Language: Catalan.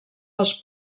els